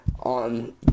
on